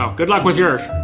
ah good luck with yours.